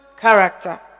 character